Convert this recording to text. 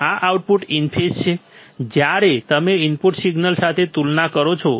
આ output in phase છે જ્યારે તમે ઇનપુટ સિગ્નલ સાથે તુલના કરો છો